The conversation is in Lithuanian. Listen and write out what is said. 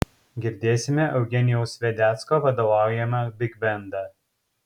girdėsime eugenijaus vedecko vadovaujamą bigbendą